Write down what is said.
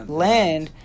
land